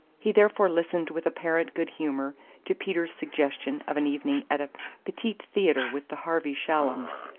he therefore listened with apparent good-humour to peter's suggestion of an evening at a petit theatre with the harvey shallums,